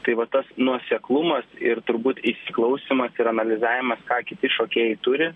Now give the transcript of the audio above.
tai va tas nuoseklumas ir turbūt įsiklausymas ir analizavimas ką kiti šokėjai turi